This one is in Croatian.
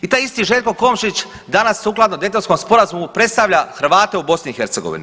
I taj isti Željko Komšić danas sukladno Daytonskom sporazumu predstavlja Hrvate u BiH.